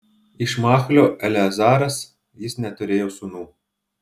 iš machlio eleazaras jis neturėjo sūnų